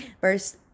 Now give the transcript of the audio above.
verse